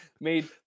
made